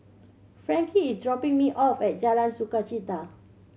Frankie is dropping me off at Jalan Sukachita